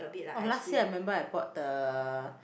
oh last year I remember I bought the